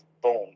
Boom